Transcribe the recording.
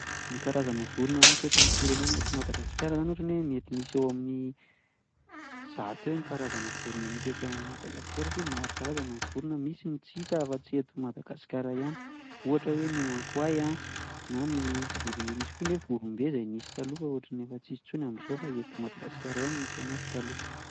Ny karazana vorona misy eto amin'ny firenena eto Madagasikara zany ohatra hoe mety misy eo amin'ny zato eo ny karazana vorona misy eto a Madagasikara satria maro karazany ny vorona misy eto Madagasikara tsy hita afatsy eto Madagasikara ihany ohatra hoe ny ankoay a, na ny vorona, misy koa ny hoe vorombe efa nisy taloha fa efa tsisy intsony amzao fa eto Madagasikara ihany no misy anazy taloha.